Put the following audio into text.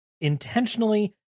intentionally